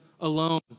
alone